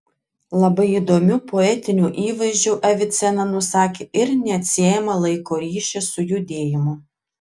labai įdomiu poetiniu įvaizdžiu avicena nusakė ir neatsiejamą laiko ryšį su judėjimu